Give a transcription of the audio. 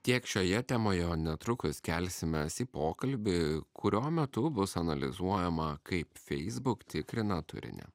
tiek šioje temoje netrukus kelsimės į pokalbį kurio metu bus analizuojama kaip feisbuk tikrina turinį